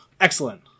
Excellent